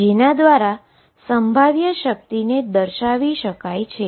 જેના દ્વારા પોટેંશિઅલને દર્શાવી શકાય છે